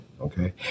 Okay